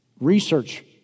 research